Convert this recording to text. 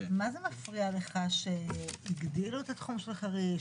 מה מפריע לך שהגדילו את התחום של חריש,